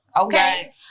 Okay